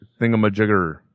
thingamajigger